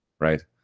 right